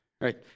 right